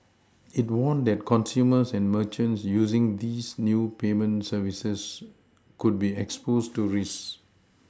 it warned that consumers and merchants using these new payment services could be exposed to risks